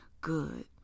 good